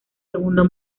segundo